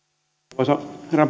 arvoisa herra